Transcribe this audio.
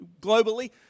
globally